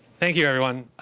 thank you, everyone.